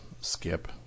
skip